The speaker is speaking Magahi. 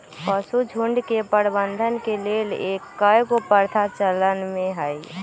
पशुझुण्ड के प्रबंधन के लेल कएगो प्रथा चलन में हइ